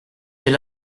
fait